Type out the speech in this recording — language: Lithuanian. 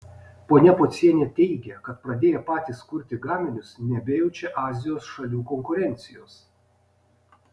ponia pocienė teigia kad pradėję patys kurti gaminius nebejaučia azijos šalių konkurencijos